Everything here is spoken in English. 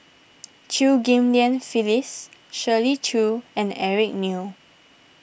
Chew Ghim Lian Phyllis Shirley Chew and Eric Neo